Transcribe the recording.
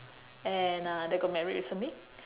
and uh they got married recently